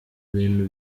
bintu